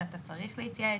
שאתה צריך להתייעץ.